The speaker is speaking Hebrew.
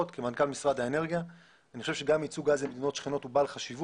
מערכת טורפדו אקספנדר היא לא מערכת להפחתת פליטות.